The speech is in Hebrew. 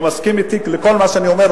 הוא מסכים אתי בכל מה שאני אומר,